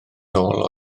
nôl